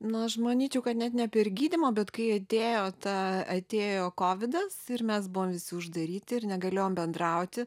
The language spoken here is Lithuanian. nu aš manyčiau kad net ne per gydymo bet kai atėjo ta atėjo kovidas ir mes buvom visi uždaryti ir negalėjom bendrauti